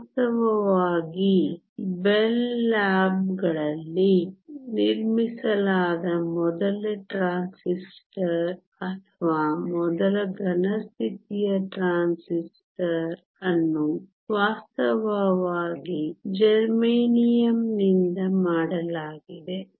ವಾಸ್ತವವಾಗಿ ಬೆಲ್ ಲ್ಯಾಬ್ಗಳಲ್ಲಿ ನಿರ್ಮಿಸಲಾದ ಮೊದಲ ಟ್ರಾನ್ಸಿಸ್ಟರ್ ಅಥವಾ ಮೊದಲ ಘನ ಸ್ಥಿತಿಯ ಟ್ರಾನ್ಸಿಸ್ಟರ್ ಅನ್ನು ವಾಸ್ತವವಾಗಿ ಜರ್ಮೇನಿಯಂನಿಂದ ಮಾಡಲಾಗಿದೆ